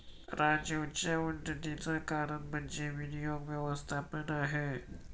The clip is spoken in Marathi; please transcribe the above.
राजीवच्या उन्नतीचं कारण म्हणजे विनियोग व्यवस्थापन आहे